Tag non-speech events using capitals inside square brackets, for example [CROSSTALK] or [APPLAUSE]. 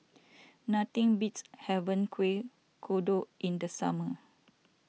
[NOISE] nothing beats having Kuih Kodok in the summer